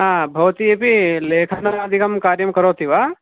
हा भवती अपि लेखनादिकं कार्यं करोति वा